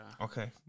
Okay